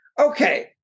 okay